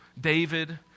David